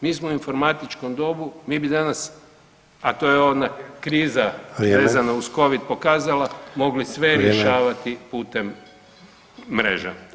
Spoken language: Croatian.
Mi smo u informatičkom dobu, mi bi danas, a to je ona kriza vezana uz covid [[Upadica: Vrijeme]] pokazala [[Upadica: Vrijeme]] mogli sve rješavati putem mreže.